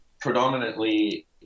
predominantly